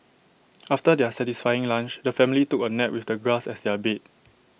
after their satisfying lunch the family took A nap with the grass as their bed